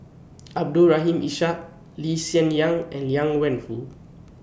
Abdul Rahim Ishak Lee Hsien Yang and Liang Wenfu